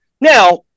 Now